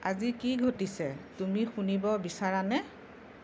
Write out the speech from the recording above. আজি কি ঘটিছে তুমি শুনিব বিচাৰানে